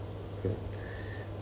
correct